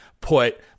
put